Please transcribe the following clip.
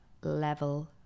Level